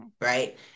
right